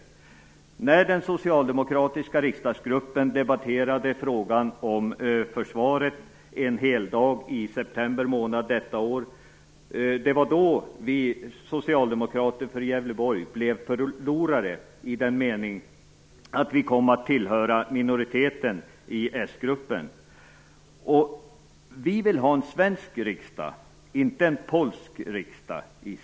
Det var när den socialdemokratiska riksdagsgruppen debatterade frågan om försvaret en heldag i september månad detta år som vi socialdemokrater från Gävleborg blev förlorare i den meningen att vi kom att tillhöra minoriteten i s-gruppen. Vi vill ha en svensk riksdag i Sverige, inte en polsk riksdag.